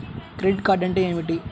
Credit card అంటే ఏమిటి?